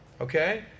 Okay